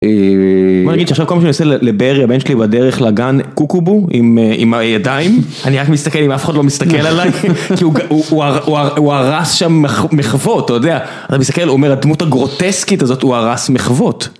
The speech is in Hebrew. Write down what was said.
אה... בוא נגיד שעכשיו כל מה שאני עושה לברי הבן שלי בדרך לגן קוקובו עם הידיים אני רק מסתכל אם אף אחד לא מסתכל עליי כי הוא הרס שם מחוות אתה יודע אתה מסתכל הוא אומר הדמות הגרוטסקית הזאת הוא הרס מחוות